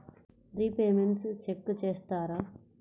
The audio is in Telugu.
రిపేమెంట్స్ చెక్ చేస్తారా?